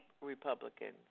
Republicans